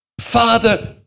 Father